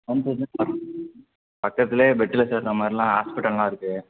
one second பக்கத்துலேயே பெட்டில் சேர்க்கற மாதிரில்லாம் ஹாஸ்பிடல்லாம் இருக்குது